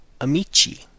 amici